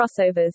crossovers